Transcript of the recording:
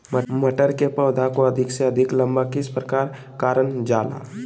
मटर के पौधा को अधिक से अधिक लंबा किस प्रकार कारण जाला?